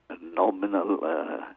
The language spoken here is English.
nominal